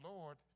Lord